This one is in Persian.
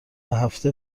هفته